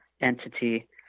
entity